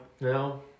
No